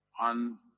on